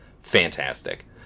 fantastic